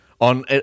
on